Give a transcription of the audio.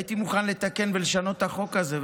הייתי מוכן לתקן ולשנות את החוק הזה,